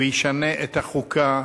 וישנה את החוקה